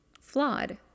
flawed